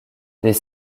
des